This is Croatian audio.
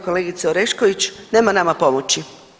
Kolegice Orešković, nema nama pomoći.